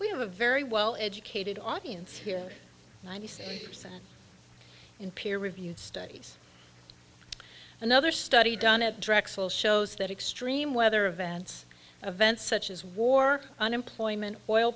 we have a very well educated audience here ninety seven percent in peer reviewed studies another study done at drexel shows that extreme weather events a vent such as war unemployment oil